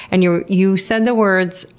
and you you said the words,